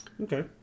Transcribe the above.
Okay